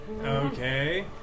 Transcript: Okay